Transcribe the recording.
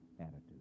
attitude